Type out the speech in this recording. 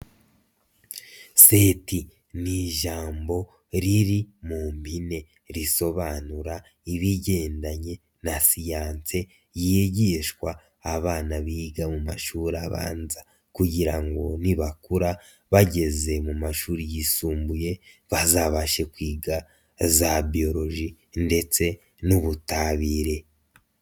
Set ni ijambo riri mu mpine risobanura ibigendanye na siyanse yigishwa abana biga mu mashuri abanza kugira ngo nibakura bageze mu mashuri yisumbuye bazabashe kwiga za Biology ndetse n'Ubutabire.